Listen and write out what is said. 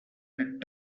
had